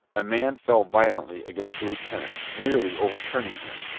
a man fell violently against the lieutenant, nearly overturning him,